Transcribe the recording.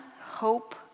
hope